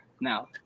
now